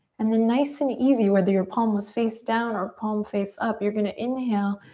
and then nice and easy, whether your palms face down or palms face up, you're gonna inhale,